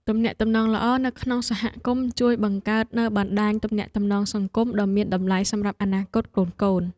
ទំនាក់ទំនងល្អនៅក្នុងសហគមន៍ជួយបង្កើតនូវបណ្តាញទំនាក់ទំនងសង្គមដ៏មានតម្លៃសម្រាប់អនាគតកូនៗ។